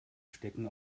stecken